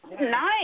Nice